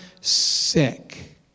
sick